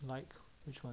like which [one]